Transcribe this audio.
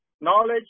knowledge